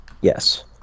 yes